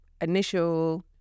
initial